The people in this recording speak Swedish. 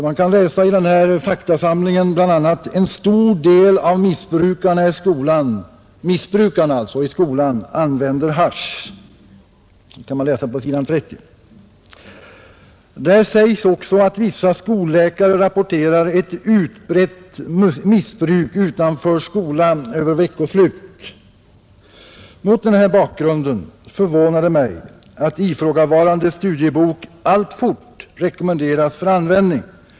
I faktasamlingen kan man bl.a. läsa att en stor del av missbrukarna i skolan använder hasch. Det kan man läsa på s. 30. Där sägs också att vissa skolläkare rapporterar ett utbrett missbruk utanför skolan över veckoslut. Mot denna bakgrund förvånar det mig att ifrågavarande studiebok alltfort rekommenderas för användning.